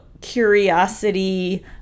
curiosity